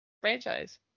franchise